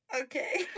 Okay